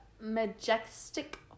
Majestic